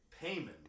payment